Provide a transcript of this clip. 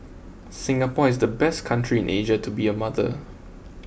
Singapore is the best country in Asia to be a mother